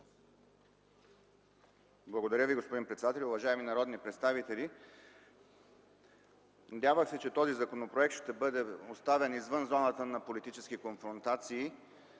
Благодаря, господин председателю. Уважаеми народни представители, надявах се, че този законопроект ще бъде оставен извън зоната на политически конфронтации